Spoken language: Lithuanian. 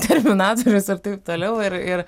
terminatorius ir taip toliau ir ir